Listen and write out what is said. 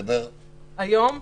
אלא היום.